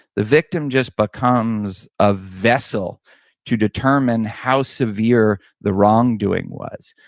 the victim just becomes a vessel to determine how severe the wrongdoing was,